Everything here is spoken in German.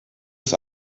ist